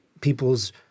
people's